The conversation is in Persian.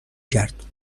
کرد